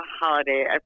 holiday